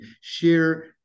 share